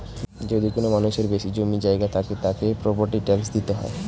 যদি কোনো মানুষের বেশি জমি জায়গা থাকে, তাকে প্রপার্টি ট্যাক্স দিতে হয়